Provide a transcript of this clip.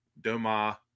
Doma